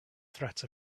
threat